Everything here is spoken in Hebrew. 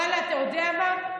ואללה, אתה יודע מה?